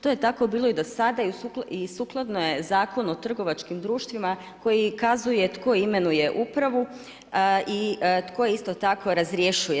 To je tako bilo i do sada i sukladno je Zakon o trgovačkim društvima koji ukazuje tko imenuje upravo i tko je isto tako razrješuje.